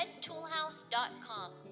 redtoolhouse.com